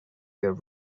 your